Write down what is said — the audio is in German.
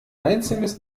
einzelnes